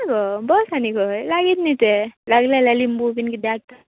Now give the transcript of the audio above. ना गो बस आनी खंय लागीत न्ही तें लागलें लिंम्बू बी किदेंय हाडटा